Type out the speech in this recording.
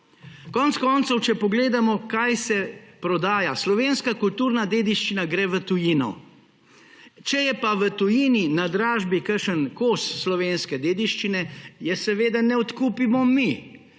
Konec koncev, če pogledamo, kaj se prodaja. Slovenska kulturna dediščina gre v tujino. Če je pa v tujini na dražbi kakšen kos slovenske dediščine, je seveda ne odkupimo mi,